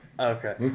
Okay